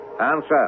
Answer